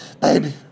Baby